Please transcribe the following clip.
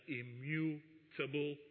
immutable